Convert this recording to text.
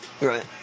Right